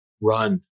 run